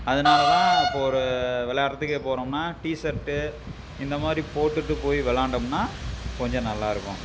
அதனால் தான் இப்போ ஒரு விளாட்றதுக்கே போகிறோம்னா டிசர்ட்டு இந்த மாதிரி போட்டுகிட்டு போய் விளாண்டோம்னா கொஞ்சம் நல்லாயிருக்கும்